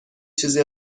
چیزی